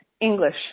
English